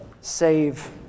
save